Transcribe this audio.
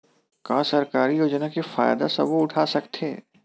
का सरकारी योजना के फ़ायदा सबो उठा सकथे?